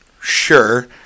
Sure